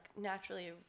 naturally